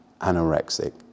anorexic